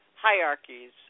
hierarchies